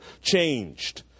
changed